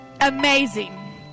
amazing